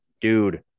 Dude